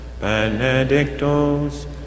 Benedictus